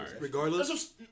Regardless